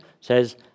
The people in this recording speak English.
says